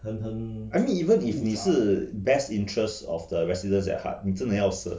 I mean even 你是 best interest of the residents at heart 你真的要 serve